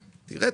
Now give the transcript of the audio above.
תראה,